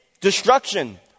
destruction